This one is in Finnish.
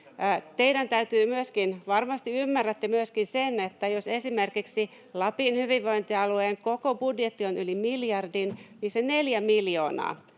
teillä on valta!] Varmasti ymmärrätte myöskin sen, että jos esimerkiksi Lapin hyvinvointialueen koko budjetti on yli miljardin, niin se neljä miljoonaa,